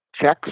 checks